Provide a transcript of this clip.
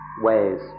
ways